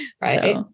Right